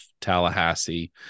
Tallahassee